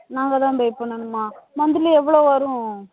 நாங்கள் தான் பே பண்ணணுமா மன்த்திலி எவ்வளோ வரும்